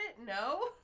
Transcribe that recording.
no